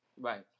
Right